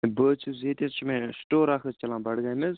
بہٕ حظ چھُس ییٚتہِ حظ چھُ مےٚ سِٹوٗر اَکھ حظ چلان بَڈٕگامہِ حظ